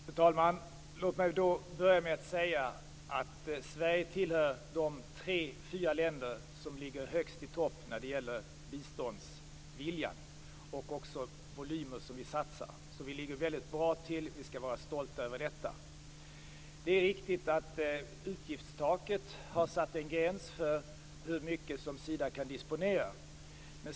Fru talman! Låt mig börja med att säga att Sverige hör till de tre fyra länder som ligger i topp när det gäller biståndsviljan, och också när det gäller den volym vi satsar. Vi ligger bra till. Vi skall vara stolta över detta. Det är riktigt att utgiftstaket har satt en gräns för hur mycket Sida kan disponera.